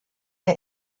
der